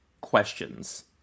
questions